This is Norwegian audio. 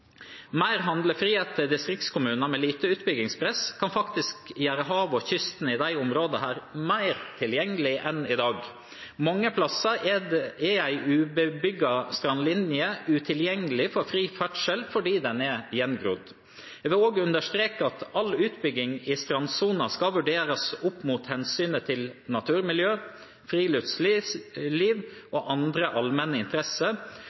Mer handlefrihet til distriktskommuner med lite utbyggingspress kan faktisk gjøre havet og kysten i disse områdene mer tilgjengelig enn i dag. Mange steder er en ubebygd strandlinje utilgjengelig for fri ferdsel fordi den er gjengrodd. Jeg vil også understreke at all utbygging i strandsonen skal vurderes opp mot hensynet til naturmiljø, friluftsliv og andre allmenne interesser